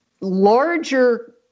larger